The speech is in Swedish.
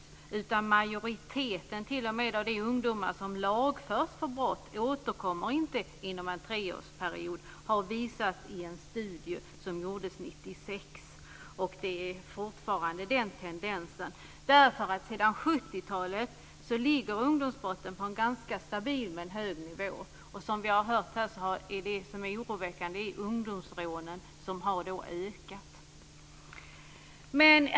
Tvärtom, majoriteten av de ungdomar som t.o.m. lagförs för brott återkommer inte inom en treårsperiod. Det visar en studie som gjordes 1996. Den tendensen gäller fortfarande. Sedan 1970-talet ligger ungdomsbrottsligheten på en ganska stabil men hög nivå. Som vi har hört är det ökningen av ungdomsrånen som är oroväckande.